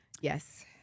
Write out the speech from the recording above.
Yes